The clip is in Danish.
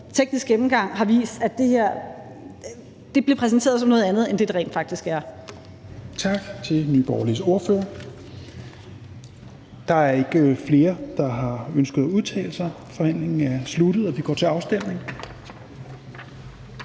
tekniske gennemgang har vist, at det her blev præsenteret som noget andet end det, det rent faktisk er.